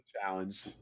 challenge